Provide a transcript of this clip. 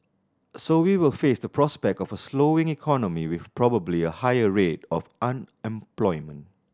so we will face the prospect of a slowing economy with probably a higher rate of unemployment